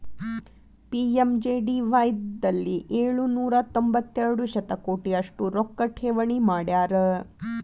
PMJDY ದಲ್ಲಿ ಏಳು ನೂರ ತೊಂಬತ್ತೆರಡು ಶತಕೋಟಿ ಅಷ್ಟು ರೊಕ್ಕ ಠೇವಣಿ ಮಾಡ್ಯಾರ